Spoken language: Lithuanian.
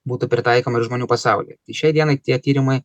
būtų pritaikoma ir žmonių pasaulyje tai šiai dienai tie tyrimai